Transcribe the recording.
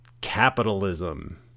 capitalism